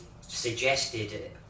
suggested